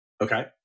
Okay